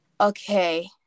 Okay